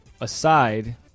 aside